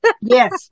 yes